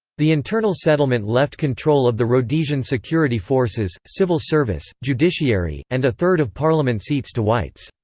the internal settlement left control of the rhodesian security forces, civil service, judiciary, and a third of parliament seats to whites.